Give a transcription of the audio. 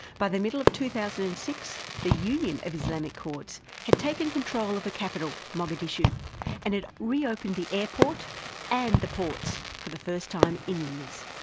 by the middle of two thousand and six the union of islamic courts had taken control of the capital, mogadishu and had reopened the airport and the ports, for the first time in years.